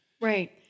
Right